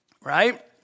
right